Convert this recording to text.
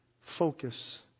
Focus